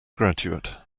graduate